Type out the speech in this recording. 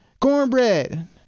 cornbread